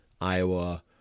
Iowa